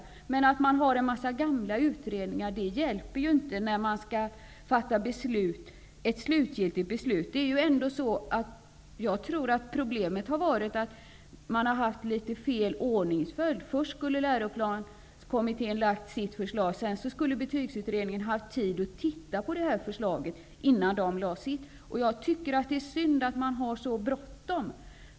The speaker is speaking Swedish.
Det hjälper inte att man har en mängd gamla utredningsresultat när man skall fatta ett slutgiltig beslut. Jag tror att problemet är att ordningsföljden har varit fel. Först skulle Läroplanskommittén ha lagt fram sitt förslag, och sedan skulle ha Betygsberedningen haft tid att titta på det innan den lade fram sitt förslag. Det är synd att man har så bråttom.